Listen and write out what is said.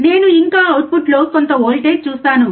నేను ఇంకా అవుట్పుట్లో కొంత వోల్టేజ్ చూస్తాను